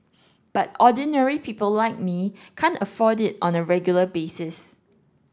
but ordinary people like me can't afford it on a regular basis